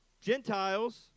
Gentiles